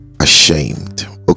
ashamed